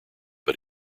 but